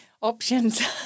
options